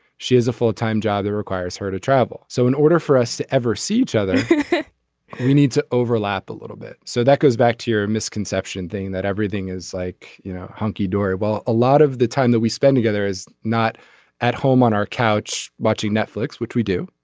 she is a full time job that requires her to travel. so in order for us to ever see each other we need to overlap a little bit. so that goes back to your misconception thing that everything is like you know hunky dory. well a lot of the time that we spend together is not at home on our couch watching netflix which we do